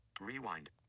rewind